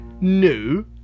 new